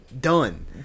done